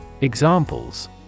Examples